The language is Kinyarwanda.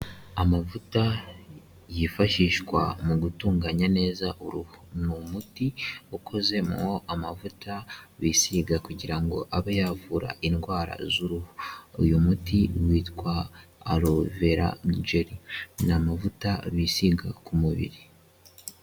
Amavuta yifashishwa mu gutunganya neza uruhu ni umuti ukozemo amavuta bisiga kugira ngo abe yavura indwara z'uruhu, uyu muti witwa arovera jeri ni amavuta bisiga ku mubiri.